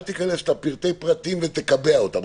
אל תיכנס לפרטי פרטים ותקבע אותם.